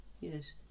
Yes